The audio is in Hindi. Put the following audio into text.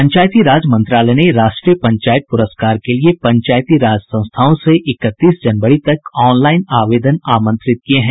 पंचायती राज मंत्रालय ने राष्ट्रीय पंचायत पुरस्कार के लिए पंचायती राज संस्थाओं से इकतीस जनवरी तक ऑनलाईन आवेदन आमंत्रित किये हैं